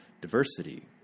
diversity